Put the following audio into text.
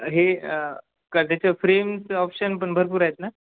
आहे का त्याच्या फ्रेमचं ऑप्शनपण भरपूर आहेत ना